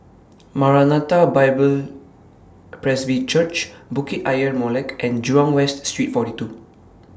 Maranatha Bible Presby Church Bukit Ayer Molek and Jurong West Street forty two